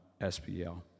SPL